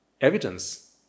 evidence